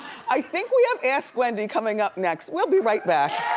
i think we have ask wendy coming up next. we'll be right back.